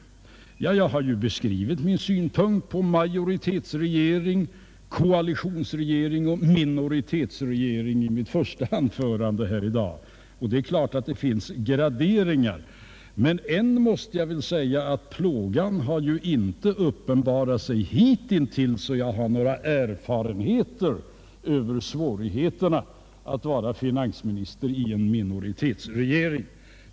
Jag har beskrivit min syn på majoritetsregering, koalitionsregering och minoritetsregering i mitt första anförande i dag. Det finns givetvis graderingar. Jag måste dock säga att plågan inte har uppenbarat sig hittills, så att man har några erfarenheter av svårigheterna att vara finansminister i en minoritetsregering.